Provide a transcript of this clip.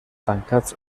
tancats